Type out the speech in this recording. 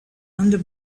under